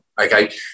okay